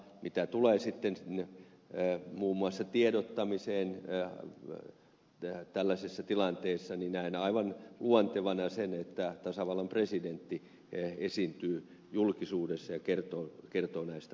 mitä tulee sitten muun muassa tiedottamiseen tällaisissa tilanteissa niin näen aivan luontevana sen että tasavallan presidentti esiintyy julkisuudessa ja kertoo näistä asioista